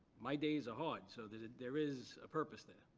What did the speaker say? my days are hard. so there there is a purpose there.